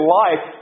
life